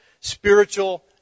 spiritual